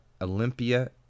Olympia